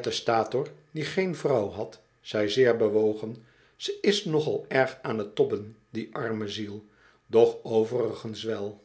testator die geen vrouw had zei zeer bewogen ze is nogal erg aan t tobben die arme ziel doch overigens wel